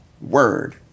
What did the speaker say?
word